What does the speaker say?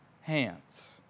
hands